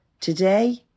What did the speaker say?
today